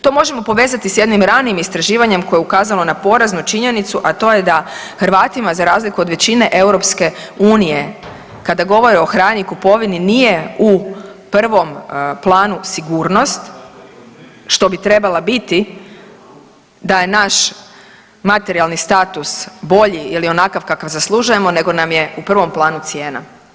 To možemo povezati s jednim ranijim istraživanjem koje je ukazalo na poraznu činjenicu a to je da Hrvatima za razliku od većine EU-a kada govore o hrani i kupovini, nije u prvom planu sigurnost, što bi trebala biti da je naš materijalni status bolji ili onakav kakav zaslužujemo nego nam je u prvom planu cijena.